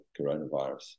coronavirus